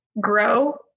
grow